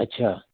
अच्छा